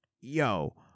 Yo